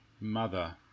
Mother